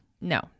no